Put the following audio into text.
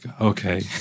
okay